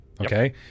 Okay